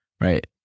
right